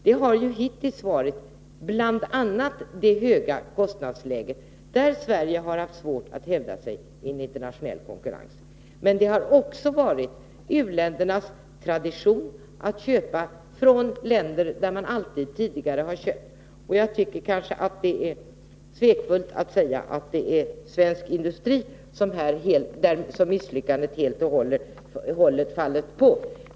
Det har hittills varit bl.a. det höga kostnadsläget, där Sverige har haft svårt att hävda sig i en internationell konkurrens. Men det har också varit u-ländernas tradition att köpa från länder där man alltid tidigare har köpt. Jag tycker kanske att det är svekfullt att säga att det är svensk industri som misslyckandet helt och hållet faller på.